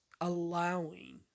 allowing